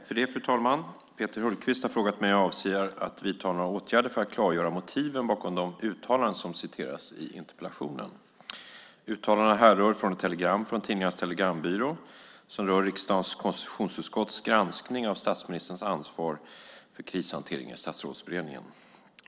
Fru talman! Peter Hultqvist har frågat mig om jag avser att vidta några åtgärder för att klargöra motiven bakom de uttalanden som citerats i interpellationen. Uttalandena härrör från ett telegram från Tidningarnas Telegrambyrå som rör riksdagens konstitutionsutskotts granskning av statsministerns ansvar för krishanteringen i Statsrådsberedningen.